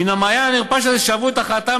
מן המעיין הנרפש הזה שאבו את החלטתם